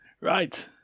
Right